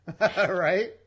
right